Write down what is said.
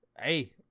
Hey